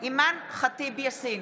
אימאן ח'טיב יאסין,